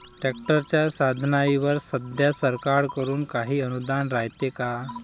ट्रॅक्टरच्या साधनाईवर सध्या सरकार कडून काही अनुदान रायते का?